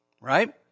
Right